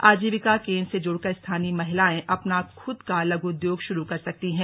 आजीविका केंद्र से जुड़कर स्थानीय महिलाएं अपना खुद का लघु उद्योग शुरू कर सकती हैं